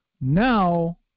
now